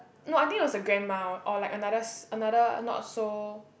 not I think it was a grandma or like another s~ another not so